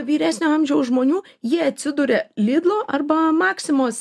vyresnio amžiaus žmonių jie atsiduria lidlo arba maximos